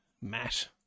Matt